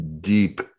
deep